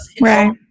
Right